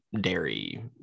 dairy